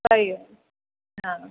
ಅಯ್ಯೋ ಹಾಂ